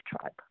tribe